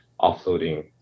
offloading